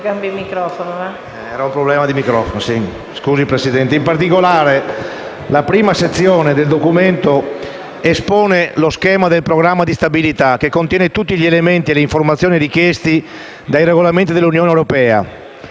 In particolare, la prima sezione del Documento espone lo schema del Programma di stabilità, che contiene tutti gli elementi e le informazioni richiesti dai regolamenti dell'Unione europea